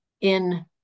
in-